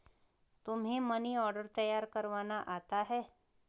तुम्हें money order तैयार करवाना आता है?